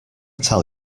tell